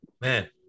Man